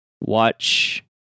Watch